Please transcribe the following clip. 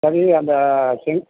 சரி அந்த செ